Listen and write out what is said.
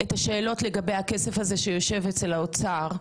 את השאלות לגבי הכסף הזה שיושב אצל האוצר,